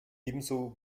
ebenso